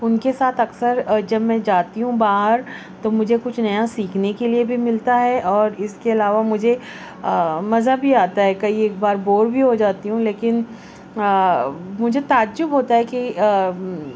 ان کے ساتھ اکثر جب میں جاتی ہوں باہر تو مجھے کچھ نیا سیکھنے کے لیے بھی ملتا ہے اور اس کے علاوہ مجھے مزہ بھی آتا ہے کئی ایک بار بور بھی ہو جاتی ہوں لیکن مجھے تعجب ہوتا ہے کہ